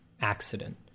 accident